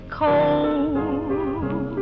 cold